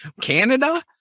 Canada